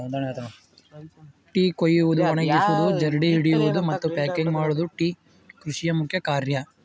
tea ಕುಯ್ಯುವುದು, ಒಣಗಿಸುವುದು, ಜರಡಿ ಹಿಡಿಯುವುದು, ಮತ್ತು ಪ್ಯಾಕಿಂಗ್ ಮಾಡುವುದು ಟೀ ಕೃಷಿಯ ಮುಖ್ಯ ಕಾರ್ಯ